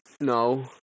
No